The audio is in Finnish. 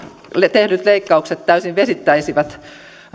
tehdyt leikkaukset täysin vesittäisivät